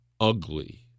ugly